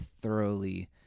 thoroughly